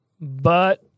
But-